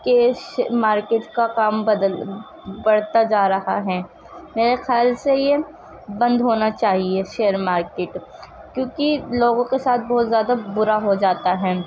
کے مارکیٹ کا کام بڑھتا جا رہا ہے میرے خیال سے یہ بند ہونا چاہیے شیئر مارکیٹ کیونکہ لوگوں کے ساتھ بہت زیادہ برا ہو جاتا ہے